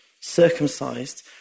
circumcised